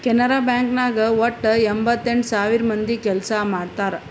Canara bank ನಾಗ್ ವಟ್ಟ ಎಂಭತ್ತೆಂಟ್ ಸಾವಿರ ಮಂದಿ ಕೆಲ್ಸಾ ಮಾಡ್ತಾರ್